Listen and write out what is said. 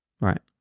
right